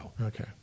Okay